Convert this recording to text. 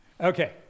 Okay